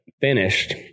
finished